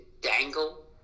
dangle